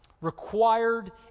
required